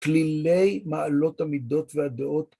כלילי מעלות המידות והדעות.